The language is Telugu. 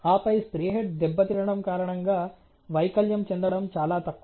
ఆపై స్ప్రే హెడ్ దెబ్బ తినడం కారణంగా వైకల్యం చెందడం చాలా తక్కువ